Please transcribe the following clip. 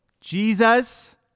Jesus